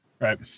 Right